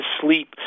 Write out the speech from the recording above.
sleep